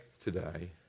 today